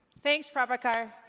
thanks, prabhakar!